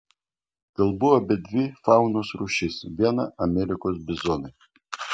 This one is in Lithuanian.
kalbu apie dvi faunos rūšis viena amerikos bizonai